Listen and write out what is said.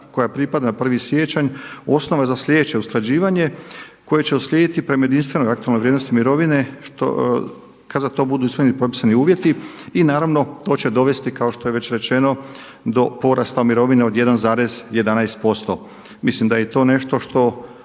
koja pripada na 1. siječanj osnova je za sljedeće usklađivanje koje će uslijediti prema jedinstvenoj aktualnoj vrijednosti mirovine kada za to budu usvojeni propisani uvjeti i naravno to će dovesti kao što je već rečeno do porasta mirovine od 1,11%. Mislim da je i to nešto što